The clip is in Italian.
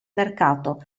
mercato